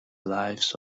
lives